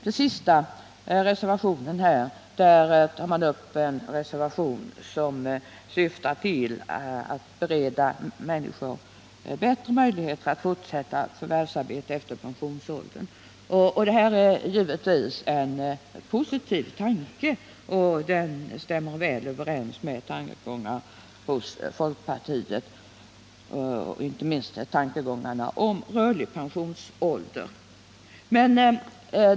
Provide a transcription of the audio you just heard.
Den sista reservationen syftar till att bereda människor bättre möjligheter att fortsätta att förvärvsarbeta efter pensionsåldern. Det är givetvis en positiv tanke, och den stämmer väl överens med folkpartiets tankegångar i det avseendet, inte minst i fråga om rörlig pensionsålder.